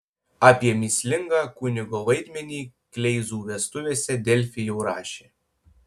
apie mįslingą kunigo vaidmenį kleizų vestuvėse delfi jau rašė